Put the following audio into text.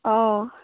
অঁ